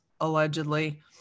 allegedly